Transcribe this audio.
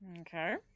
Okay